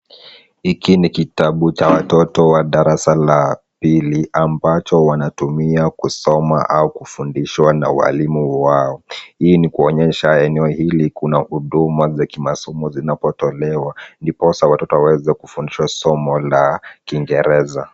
Hiki ni kitabu cha watoto wa darasa la pili ambacho wanatumia kusoma au kufundishwa na walimu wao, hii ni kuonyesha eneo hili kuna huduma za kimasomo zinazotolewa ndiposa watoto waweze kufundishwa somo la kiingereza.